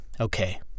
Okay